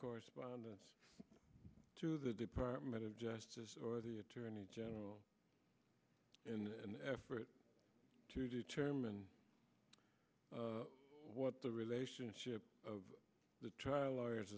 correspondence to the department of justice or the attorney general in an effort to determine what the relationship of the trial lawyers